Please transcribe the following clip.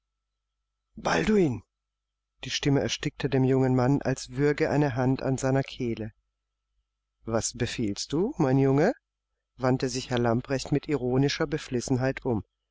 balduin die stimme erstickte dem jungen manne als würge eine hand an seiner kehle was befiehlst du mein junge wandte sich herr lamprecht mit ironischer beflissenheit um